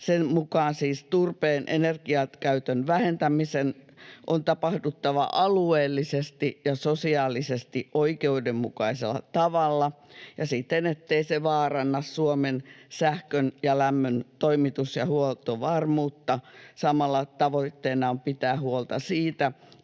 Sen mukaan siis turpeen energiakäytön vähentämisen on tapahduttava alueellisesti ja sosiaalisesti oikeudenmukaisella tavalla ja siten, ettei se vaaranna Suomen sähkön ja lämmön toimitus- ja huoltovarmuutta. Samalla tavoitteena on pitää huolta siitä,